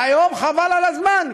והיום, חבל על הזמן.